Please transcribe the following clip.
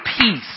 peace